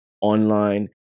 online